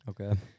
Okay